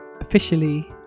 officially